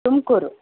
Tumakuru